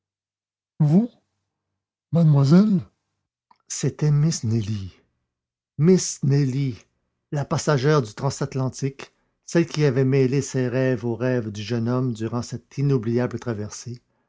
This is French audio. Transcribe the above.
vous mademoiselle c'était miss nelly miss nelly la passagère du transatlantique celle qui avait mêlé ses rêves aux rêves du jeune homme durant cette inoubliable traversée